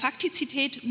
Faktizität